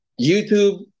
YouTube